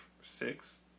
six